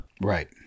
Right